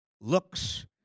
looks